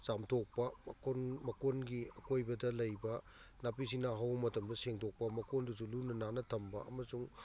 ꯆꯥꯝꯊꯣꯛꯄ ꯃꯀꯣꯟ ꯃꯀꯣꯟꯒꯤ ꯑꯀꯣꯏꯕꯗ ꯂꯩꯕ ꯅꯥꯄꯤꯁꯤꯡꯅ ꯍꯧꯕ ꯃꯇꯝꯗ ꯁꯦꯡꯗꯣꯛꯄ ꯃꯀꯣꯟꯗꯨꯁꯨ ꯂꯨꯅ ꯅꯥꯟꯅ ꯊꯝꯕ ꯑꯃꯁꯨꯡ